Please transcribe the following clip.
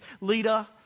leader